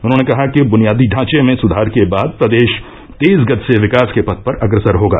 उन्होंने कहा कि बुनियादी ढांचे में सुधार के बाद प्रदेश तेज गति से विकास के पथ पर अग्रसर होगा